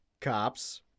cops